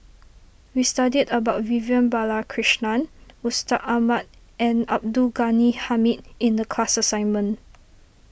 we studied about Vivian Balakrishnan Mustaq Ahmad and Abdul Ghani Hamid in the class assignment